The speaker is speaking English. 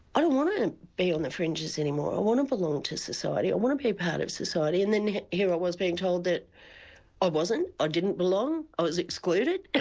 i don't want to be on the fringes any more, i want to belong to society, i want to be part of society, and here i was being told that i wasn't, i didn't belong, i was excluded. and